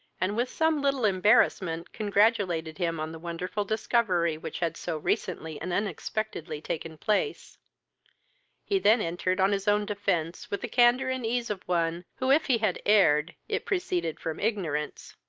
and with some little embarrassment congratulated him on the wonderful discovery which had so recently and unexpectedly taken place he then entered on his own defence, with the candour and ease of one, who, if he had erred, it proceeded from ignorance.